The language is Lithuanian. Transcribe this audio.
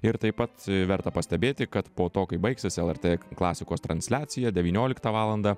ir taip pat verta pastebėti kad po to kai baigsis lrt klasikos transliacija devynioliktą valandą